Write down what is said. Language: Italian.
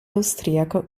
austriaco